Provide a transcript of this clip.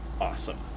awesome